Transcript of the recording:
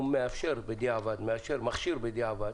הוא מכשיר בדיעבד